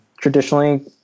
traditionally